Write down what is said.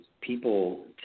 people